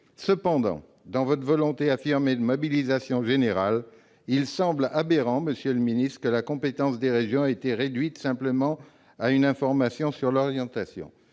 Cependant, dans votre volonté affirmée de sonner la mobilisation générale, il nous semble aberrant, monsieur le ministre, que la compétence des régions ait été réduite à une simple information sur l'orientation.